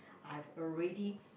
I've already